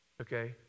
okay